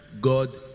God